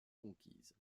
conquises